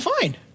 fine